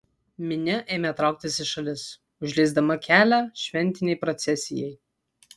minia ėmė trauktis į šalis užleisdama kelią šventinei procesijai